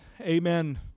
Amen